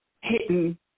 hitting